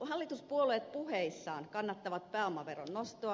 hallituspuolueet puheissaan kannattavat pääomaveron nostoa